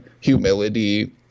humility